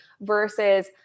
versus